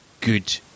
good